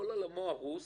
כל עולמו הרוס,